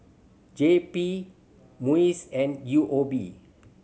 J P MUIS and U O B